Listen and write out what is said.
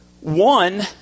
One